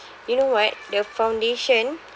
you know what the foundation